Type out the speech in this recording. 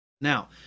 Now